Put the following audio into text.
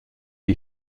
les